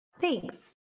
Thanks